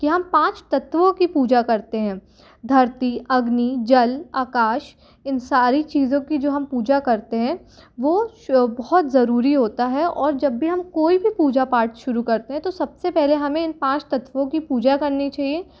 कि हम पाँच तत्वों की पूजा करते हैं धरती अग्नि जल आकाश इन सारी चीज़ों की जो हम पूजा करते हैं वो स्वो बहुत ज़रूरी होता है और जब भी हम कोई भी पूजा पाठ शुरू करते हैं तो सब से पहले हमें इन पाँच तत्वों की पूजा करनी चाहिए